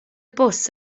bws